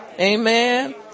amen